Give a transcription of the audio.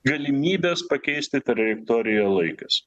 galimybės pakeisti trajektoriją laikas